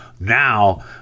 Now